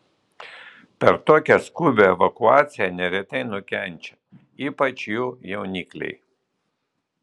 per tokią skubią evakuaciją neretai nukenčia ypač jų jaunikliai